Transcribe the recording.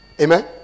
Amen